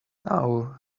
now